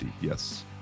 yes